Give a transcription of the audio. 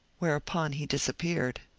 whereupon he disappeared.